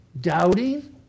Doubting